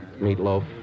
Meatloaf